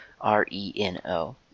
r-e-n-o